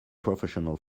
professional